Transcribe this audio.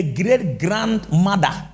great-grandmother